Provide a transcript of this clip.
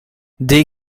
they